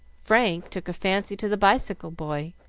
frank took a fancy to the bicycle boy,